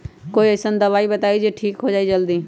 कोई अईसन दवाई बताई जे से ठीक हो जई जल्दी?